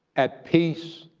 at peace,